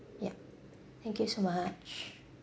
yup thank you so much